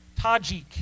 Tajik